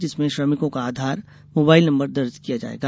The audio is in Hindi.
जिसमें श्रमिक का आधार मोबाइल नंबर दर्ज किया जायेगा